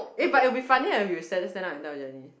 eh but I think it'll be funny eh if you stand stand up and tell Jenny